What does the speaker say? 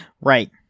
Right